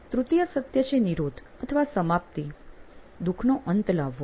તૃતીય સત્ય છે "નિરોધ" અથવા સમાપ્તિ દુખનો અંત લાવવો